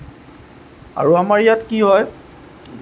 আৰু আমাৰ ইয়াত কি হয়